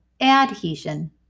adhesion